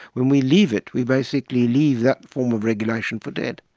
when we leave it we basically leave that form of regulation for dead.